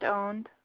owned